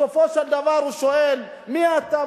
בסופו של דבר הוא שואל: מי אתה?